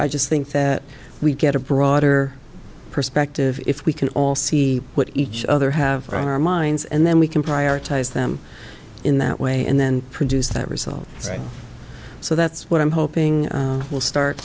i just think that we get a broader perspective if we can all see what each other have on our minds and then we can prioritize them in that way and then produce that result so that's what i'm hoping will start